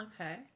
okay